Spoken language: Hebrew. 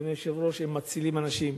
אדוני היושב-ראש, הם מצילים אנשים.